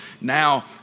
now